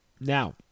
Now